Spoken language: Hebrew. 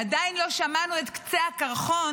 ועדיין לא שמענו את קצה הקרחון,